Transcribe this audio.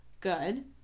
good